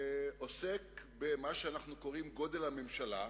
שעוסק במה שאנחנו קוראים גודל הממשלה,